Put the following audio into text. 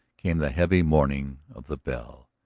came the heavy mourning of the bell.